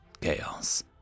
chaos